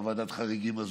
בוועדת החריגים הזאת,